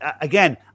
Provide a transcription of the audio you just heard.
Again